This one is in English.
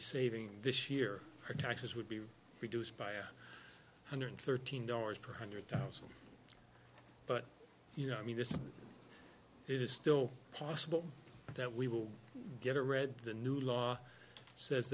be saving this year our taxes would be reduced by a hundred thirteen dollars per hundred thousand but you know i mean this is it is still possible that we will get a read the new law says